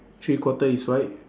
three quarter is white